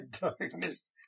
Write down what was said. darkness